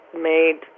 made